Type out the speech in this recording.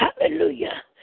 Hallelujah